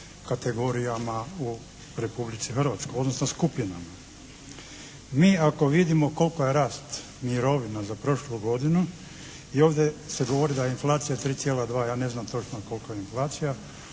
kategorijama u Republici Hrvatskoj, odnosno skupinama. Mi ako vidimo koliko je rast mirovina za prošlu godinu i ovdje se govori da je inflacija 3,2 ja ne znam točno kolika je inflacija,